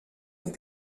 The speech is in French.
aux